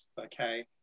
okay